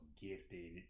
gifted